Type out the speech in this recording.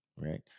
right